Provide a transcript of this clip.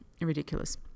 ridiculous